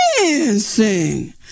dancing